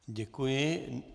Děkuji.